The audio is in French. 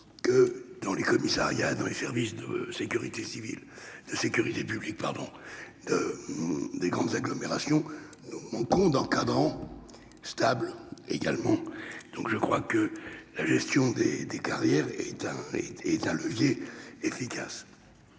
que, dans les commissariats ou services de sécurité publique des grandes agglomérations, nous manquons d'encadrants stables. La gestion des carrières est un levier efficace